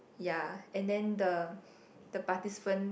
ya and then the the participant